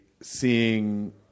seeing